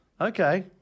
okay